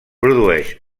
produeix